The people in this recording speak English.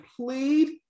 plead